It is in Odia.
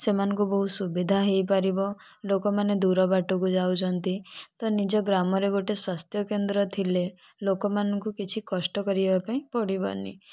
ସେମାନଙ୍କୁ ବହୁ ସୁବିଧା ହୋଇପାରିବ ଲୋକମାନେ ଦୂର ବାଟକୁ ଯାଉଛନ୍ତି ତ ନିଜ ଗ୍ରାମରେ ଗୋଟିଏ ସ୍ୱାସ୍ଥ୍ୟକେନ୍ଦ୍ର ଥିଲେ ଲୋକମାନଙ୍କୁ କିଛି କଷ୍ଟ କରିବା ପାଇଁ ପଡ଼ିବ ନାହିଁ